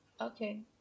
Okay